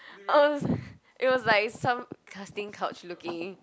it was like some casting couch looking